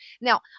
Now